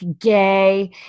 gay